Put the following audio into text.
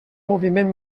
moviment